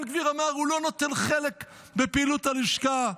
בן גביר אמר: הוא לא נותן חלק בפעילות הלשכה.